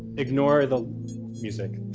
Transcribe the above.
ignore the music.